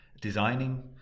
designing